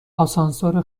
آسانسور